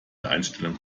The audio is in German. einstellung